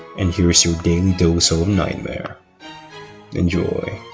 and here's your daily dose ah of nightmare enjoy